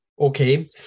okay